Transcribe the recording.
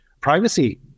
Privacy